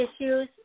issues